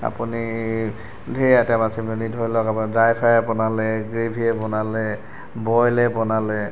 আপুনি ঢেৰ আইটেম আছে পেনি ধৰি লওক ড্ৰাই ফ্ৰাই বনালে গ্ৰেভীয়ে বনালে বইলে বনালে